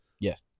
Yes